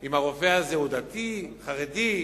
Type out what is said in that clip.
אם הרופא הזה הוא דתי, חרדי,